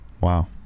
Wow